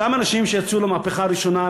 אותם אנשים שיצאו למהפכה הראשונה,